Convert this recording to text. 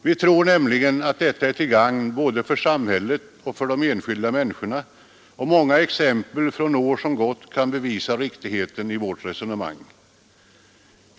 Vi tror nämligen att detta är till gagn både för samhället och för de enskilda människorna, och många exempel från år som gått kan bevisa riktigheten i vårt resonemang.